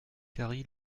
carry